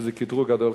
שזה קטרוג גדול,